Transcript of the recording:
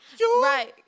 Right